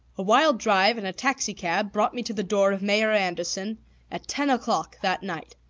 a wild drive in a taxicab brought me to the door of mayor anderson at ten o'clock that night.